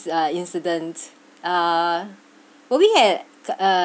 uh incident uh were we at uh